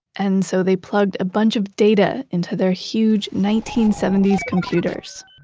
and so they plugged a bunch of data into their huge nineteen seventy s computers,